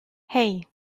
hey